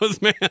man